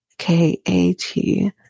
K-A-T